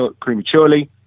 prematurely